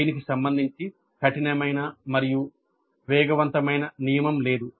దీనికి సంబంధించి కఠినమైన మరియు వేగవంతమైన నియమం లేదు